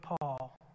Paul